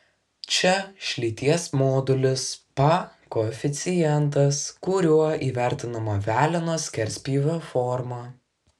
čia šlyties modulis pa koeficientas kuriuo įvertinama veleno skerspjūvio forma